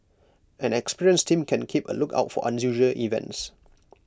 an experienced team can keep A lookout for unusual events